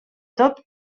tot